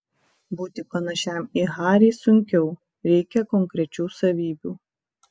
būti panašiam į harį sunkiau reikia konkrečių savybių